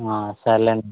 సరే లేండి